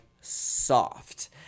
soft